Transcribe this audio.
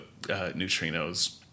neutrinos